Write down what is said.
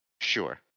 Sure